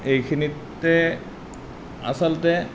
এইখিনিতে আচলতে